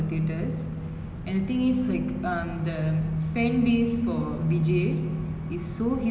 they even do like uh rituals you know paal abisekam they offered to do it because it's paal abisekam offering is it